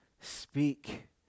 speak